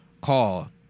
call